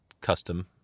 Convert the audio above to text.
custom